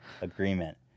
agreement